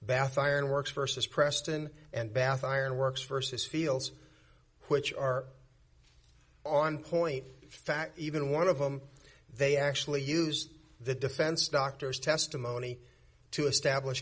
bath ironworks versus preston and bath ironworks versus fields which are on point fact even one of them they actually use the defense doctors testimony to establish